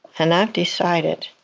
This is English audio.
and i've decided,